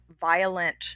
violent